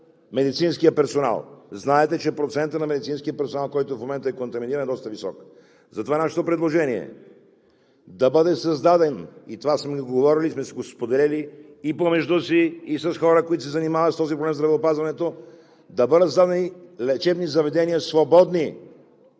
медицинския персонал. Знаете, че процентът на медицинския персонал, който в момента е контаминиран, е доста висок. Затова нашето предложение е да бъде създаден – това сме го говорили и сме го споделяли и помежду си, и с хора, които се занимават с този проблем в здравеопазването, да бъдат създадени свободни лечебни заведения, които